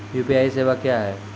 UPI सेवा क्या हैं?